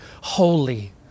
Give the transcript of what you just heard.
holy